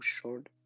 short